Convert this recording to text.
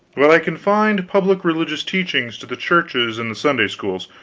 but i confined public religious teaching to the churches and the sunday-schools,